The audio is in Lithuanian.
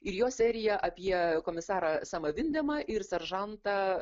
ir jo seriją apie komisarą semą vindemą ir seržantą